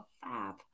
fab